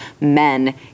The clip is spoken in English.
men